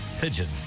Pigeon